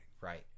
Right